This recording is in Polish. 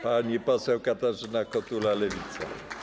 Pani poseł Katarzyna Kotula, Lewica.